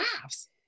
laughs